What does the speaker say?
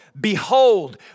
Behold